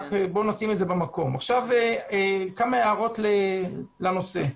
עכשיו כמה הערות לנושא.